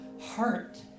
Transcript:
heart